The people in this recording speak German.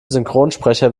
synchronsprecher